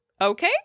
okay